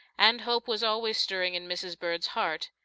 and hope was always stirring in mrs. bird's heart.